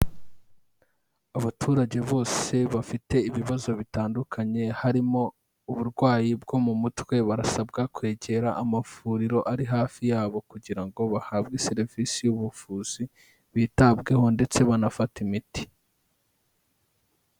Abaturage bose bafite ibibazo bitandukanye harimo uburwayi bwo mu mutwe, barasabwa kwegera amavuriro ari hafi y'abo kugira ngo bahabwe serivisi y'ubuvuzi bitabweho ndetse banafate imiti.